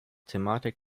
thematik